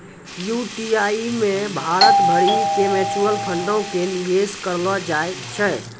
UTI मे भारत भरि के म्यूचुअल फंडो के निवेश करलो जाय छै